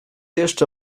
jeszcze